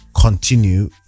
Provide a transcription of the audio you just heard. continue